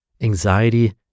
Anxiety